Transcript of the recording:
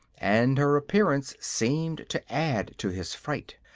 and her appearance seemed to add to his fright.